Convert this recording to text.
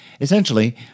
Essentially